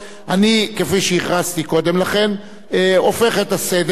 הופך את הסדר ואני מאפשר את הצעת החוק